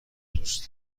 دوست